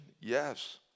Yes